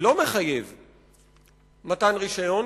מתן רשיון,